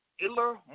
iller